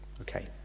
Okay